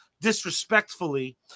disrespectfully